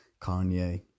Kanye